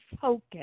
focus